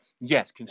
yes